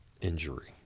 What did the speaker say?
injury